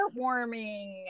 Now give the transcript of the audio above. heartwarming